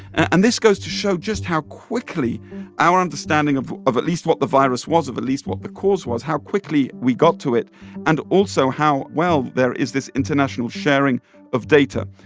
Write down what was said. and this goes to show just how quickly our understanding of of at least what the virus was, of at least what the cause was, how quickly we got to it and also how well there is this international sharing of data.